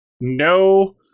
No